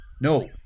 No